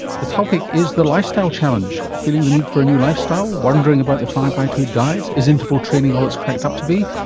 the topic is the lifestyle challenge. feeling the need for a new lifestyle? wondering about the five zero two diet? is interval training all its cracked up to be?